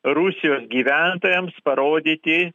rusijos gyventojams parodyti